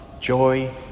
joy